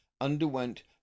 underwent